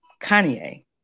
Kanye